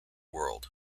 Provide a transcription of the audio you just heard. world